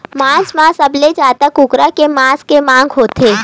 मांस म सबले जादा कुकरा के मांस के मांग होथे